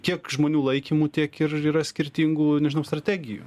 kiek žmonių laikymų tiek ir yra skirtingų strategijų